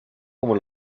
como